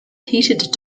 heated